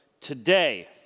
Today